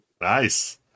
Nice